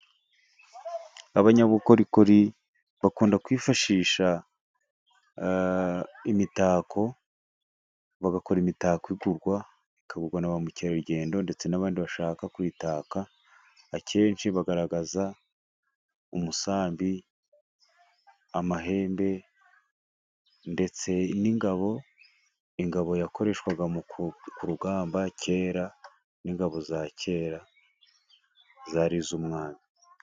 Abanyabukorikori, bakunda kwifashisha imitako, bagakora imitako igurwa, ikagubona na ba mukerarugendo ndetse n'abandi bashaka kuyitaka, akenshi bagaragaza umusambi, amahembe, ndetse n'ingabo. Ingabo yakoreshwaga ku rugamba kera n'ingabo za kera zari iz'umwami.